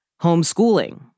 homeschooling